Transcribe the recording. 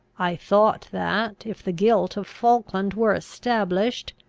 i thought that, if the guilt of falkland were established,